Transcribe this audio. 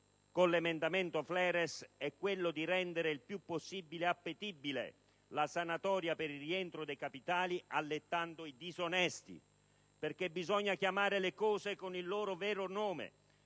del senatore Fleres - è quello di rendere il più possibile appetibile la sanatoria per il rientro dei capitali, allettando i disonesti. Bisogna chiamare le cose con il loro vero nome.